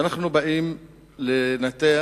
כשאנחנו באים לנתח